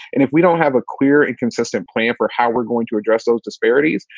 and if we don't have a clear and consistent plan for how we're going to address those disparities,